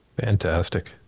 Fantastic